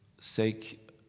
sake